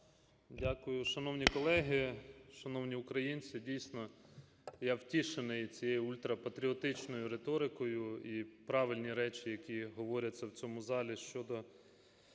Дякую. Шановні колеги, шановні українці! Дійсно, я втішений цією ультра патріотичною риторикою, і правильні речі, які говоряться в цьому залі, щодо